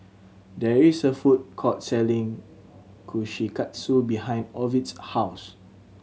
there is a food court selling Kushikatsu behind Ovid's house